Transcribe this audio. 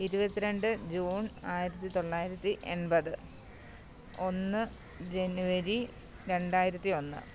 ഇരുപത്തിരണ്ട് ജൂൺ ആയിരത്തിത്തൊള്ളായിരത്തി എൺപത് ഒന്ന് ജനുവരി രണ്ടായിരത്തി ഒന്ന്